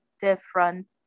different